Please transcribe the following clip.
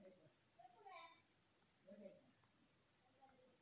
ಅಡಿಕೆಯನ್ನು ಸುಲಿಯುವ ಸಾಧನ ಯಾವುದು?